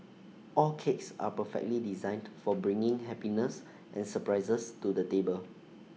all cakes are perfectly designed for bringing happiness and surprises to the table